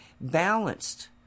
balanced